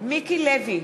מיקי לוי,